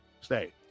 stay